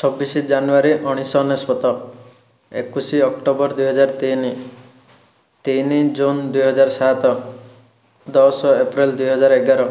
ଛବିଶ ଜାନୁୟାରୀ ଉଣେଇଶହ ଅନେଶତ ଏକୋଇଶ ଅକ୍ଟୋବର ଦୁଇହଜାର ତିନି ତିନି ଜୁନ୍ ଦୁଇହଜାର ସାତ ଦଶ ଏପ୍ରିଲ ଦୁଇହଜାର ଏଗାର